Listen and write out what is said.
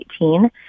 2018